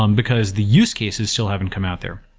um because the use cases still haven't come out there.